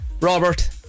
Robert